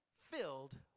filled